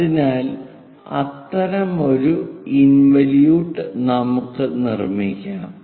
അതിനാൽ അത്തരമൊരു ഇൻവലിയൂട്ട് നമുക്ക് നിർമ്മിക്കാം